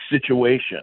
situation